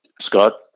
Scott